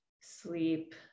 sleep